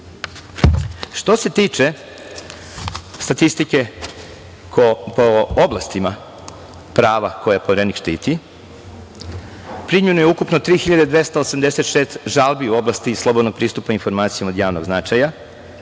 se tiče statistike po oblastima prava koje Poverenik štiti, primljeno je ukupno 3.286 žalbi u oblasti slobodnog pristupa informacijama od javnog značaja.